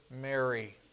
Mary